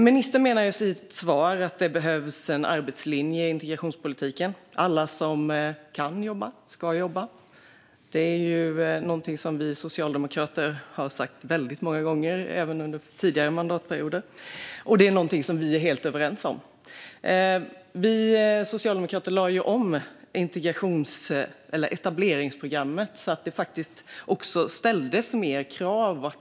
Ministern menar i sitt svar att det behövs en arbetslinje i integrationspolitiken. Alla som kan jobba ska jobba. Det är något som vi socialdemokrater har sagt väldigt många gånger, även under tidigare mandatperioder. Och det är något som vi är helt överens om. Vi socialdemokrater lade om etableringsprogrammet så att det faktiskt ställdes mer krav.